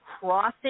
crossing